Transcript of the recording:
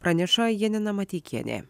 praneša janina mateikienė